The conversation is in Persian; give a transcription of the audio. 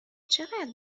چقدر